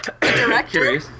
director